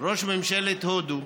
ראש ממשלת הודו,